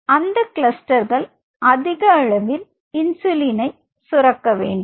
அந்த கிளஸ்டர்ர்கள் அதிக அளவில் இன்சுலினை சுரக்க வேண்டும்